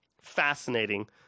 fascinating